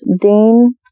Dean